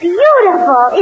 beautiful